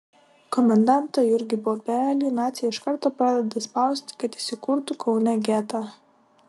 komendantą jurgį bobelį naciai iš karto pradeda spausti kad jis įkurtų kaune getą